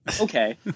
okay